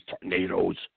tornadoes